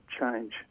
change